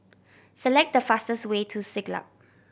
select the fastest way to Siglap